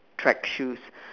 track shoes